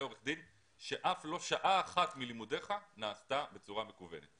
עורך דין שאף לא שעה אחת מלימודיך נעשתה בצורה מקוונת.